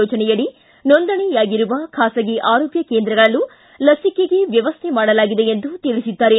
ಯೋಜನೆಯಡಿ ನೋಂದಣಿಯಾಗಿರುವ ಖಾಸಗಿ ಆರೋಗ್ಯ ಕೇಂದ್ರಗಳಲ್ಲೂ ಲಿಸಿಕೆಗೆ ವ್ಯವಸ್ಥೆ ಮಾಡಲಾಗಿದೆ ಎಂದು ತಿಳಿಸಿದ್ದಾರೆ